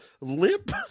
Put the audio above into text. limp